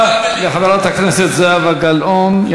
תודה לחברת הכנסת זהבה גלאון.